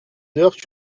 heures